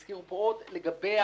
הזכירו פה עוד לגבי